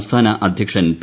സംസ്ഥാന അദ്ധ്യക്ഷൻ പി